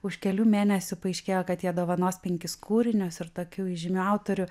už kelių mėnesių paaiškėjo kad jie dovanos penkis kūrinius ir tokių įžymių autorių